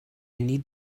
need